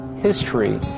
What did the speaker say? history